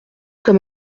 comme